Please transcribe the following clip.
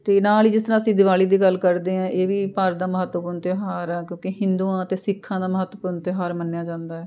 ਅਤੇ ਨਾਲ ਹੀ ਜਿਸ ਤਰ੍ਹਾਂ ਅਸੀਂ ਦਿਵਾਲੀ ਦੀ ਗੱਲ ਕਰਦੇ ਹਾਂ ਇਹ ਵੀ ਭਾਰਤ ਦਾ ਮਹੱਤਵਪੂਰਨ ਤਿਉਹਾਰ ਆ ਕਿਉਂਕਿ ਹਿੰਦੂਆਂ ਅਤੇ ਸਿੱਖਾਂ ਦਾ ਮਹੱਤਵਪੂਰਨ ਤਿਉਹਾਰ ਮੰਨਿਆ ਜਾਂਦਾ ਹੈ